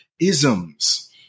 isms